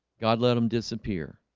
god let him disappear